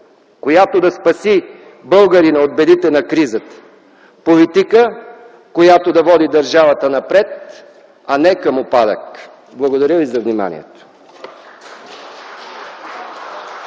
която да спаси българина от бедите на кризата, политика, която да води държавата напред, а не към упадък. Благодаря ви за вниманието.